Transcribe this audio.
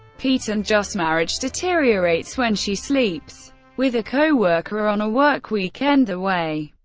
pete and jo's marriage deteriorates when she sleeps with a co-worker on a work weekend away.